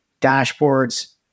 dashboards